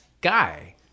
guy